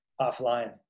offline